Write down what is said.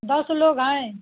दस लोग हैं